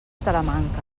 talamanca